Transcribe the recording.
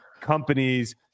companies